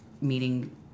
meeting